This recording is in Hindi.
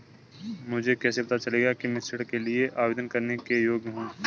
मुझे कैसे पता चलेगा कि मैं ऋण के लिए आवेदन करने के योग्य हूँ?